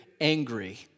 angry